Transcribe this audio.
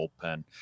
bullpen